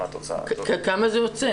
כמה זה יוצא.